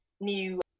new